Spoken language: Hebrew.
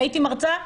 הייתי מרצה,